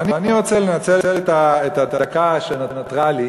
אני רוצה לנצל את הדקה שנותרה לי